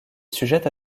sujette